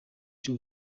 cy’u